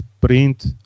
print